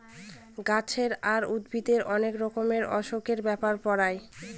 গাছের আর উদ্ভিদের অনেক রকমের অসুখের ব্যাপারে পড়ায়